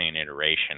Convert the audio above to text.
iteration